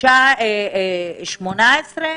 2018,